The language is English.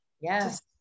yes